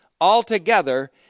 altogether